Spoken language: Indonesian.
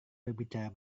berbicara